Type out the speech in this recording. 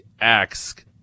ask